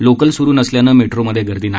local सुरु नसल्यानं मेट्रोमध्ये र्दी नाही